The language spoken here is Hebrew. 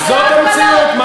זה לא תקליט שחוק, זה